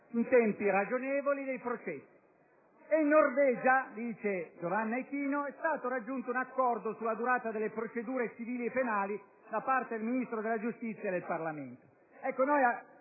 in tempi ragionevoli dei processi. In Norvegia - ci spiega Giovanna Ichino - è stato raggiunto un accordo sulla durata delle procedure civili e penali da parte del Ministro della giustizia e del Parlamento.